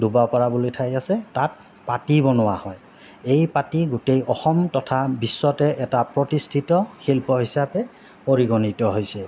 দুবা পাৰা বুলি ঠাই আছে তাত পাতি বনোৱা হয় এই পাতি গোটেই অসম তথা বিশ্বতে এটা প্ৰতিষ্ঠিত শিল্প হিচাপে পৰিগণিত হৈছে